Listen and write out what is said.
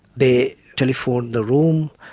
they telephoned the room,